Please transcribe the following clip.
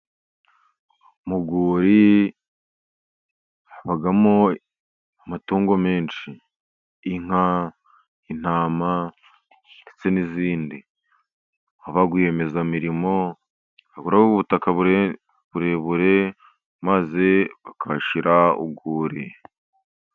Mu rwuri habamo amatungo menshi. Inka, intama, ndetse n'izindi. Haba rwiyemezamirimo ugura ubutaka burebure, maze akahashyira urwuri.